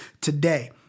today